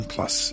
Plus